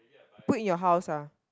put in your house ah